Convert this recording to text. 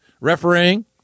refereeing